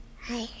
Hi